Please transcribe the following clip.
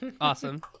Awesome